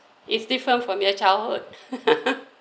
it's different from your childhood